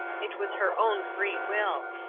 it was her own free will.